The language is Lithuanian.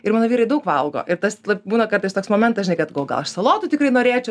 ir mano vyrai daug valgo ir tas būna kartais toks momentas žinai kad gal aš salotų tikrai norėčiau